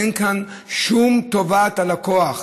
אין כאן שום טובת הלקוח,